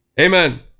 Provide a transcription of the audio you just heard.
Amen